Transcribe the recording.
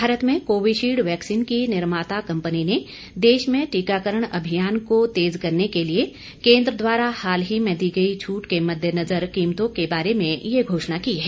भारत में Covishield vaccine की निर्माता कम्पनी ने देश में टीकाकरण अभियान को तेज करने के लिए केन्द्र द्वारा हाल में दी गई छूट के मद्देनजर कीमतों के बारे में यह घोषणा की है